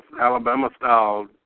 Alabama-style